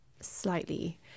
slightly